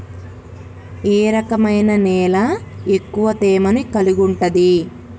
ఏ రకమైన నేల ఎక్కువ తేమను కలిగుంటది?